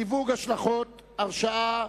(סיוג השלכות הרשעה).